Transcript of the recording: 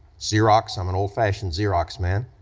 xerox, i'm an old fashioned xerox man.